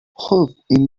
خوب، این